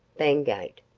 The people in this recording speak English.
bangate,